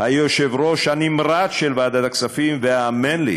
היושב-ראש הנמרץ של ועדת הכספים, והאמן לי,